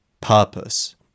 purpose